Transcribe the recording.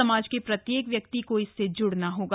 समाज के प्रत्येक व्यक्ति को इससे जुड़ना होगा